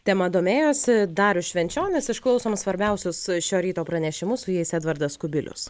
tema domėjosi darius švenčionis išklausom svarbiausius šio ryto pranešimus su jais edvardas kubilius